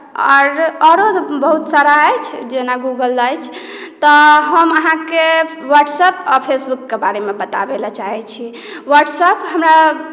आओरो आओरो बहुत सारा अछि जेना गूगल अछि तऽ हम अहाँकेँ व्हाट्सएप आ फेसबुकके बारेमे बताबय लेल चाहैत छी व्हाट्सएप हमरा